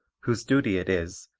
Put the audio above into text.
whose duty it is,